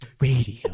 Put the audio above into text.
radio